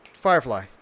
Firefly